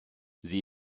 sie